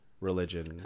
religion